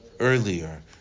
Earlier